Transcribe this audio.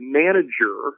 manager